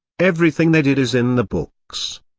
everything they did is in the books.